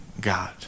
God